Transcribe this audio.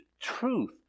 truth